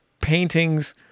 paintings